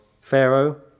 Pharaoh